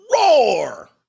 roar